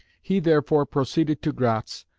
he therefore proceeded to gratz,